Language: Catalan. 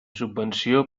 subvenció